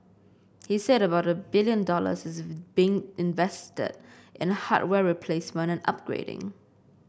he said about a billion dollars is being invested in hardware replacement and upgrading